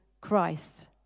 Christ